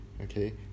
Okay